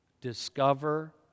Discover